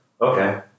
Okay